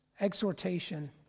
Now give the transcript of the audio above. exhortation